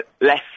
less